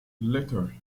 letter